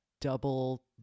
double